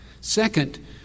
Second